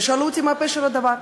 ושאלו אותי מה פשר הדבר.